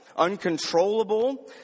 Uncontrollable